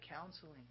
counseling